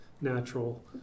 natural